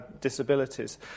disabilities